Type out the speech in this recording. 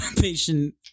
patient